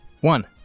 one